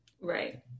Right